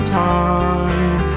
time